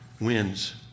wins